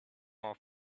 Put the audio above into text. off